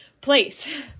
place